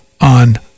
on